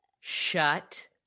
shut